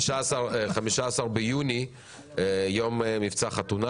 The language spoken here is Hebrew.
-- הוא 15 ביוני, יום מבצע חתונה